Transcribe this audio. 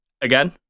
Again